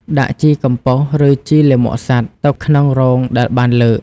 ដាក់ ជីកំប៉ុស្ត ឬ ជីលាមកសត្វ ទៅក្នុងរងដែលបានលើក។